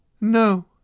No